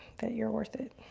that you're worth it.